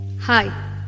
Hi